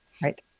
Right